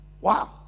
wow